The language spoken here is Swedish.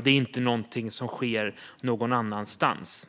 Det här är inte någonting som sker någon annanstans.